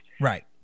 Right